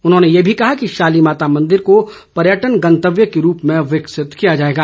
उन्होंने ये भी कहा कि शाली माता मंदिर को पर्यटन गंतव्य के रूप में विकसित किया जाएगा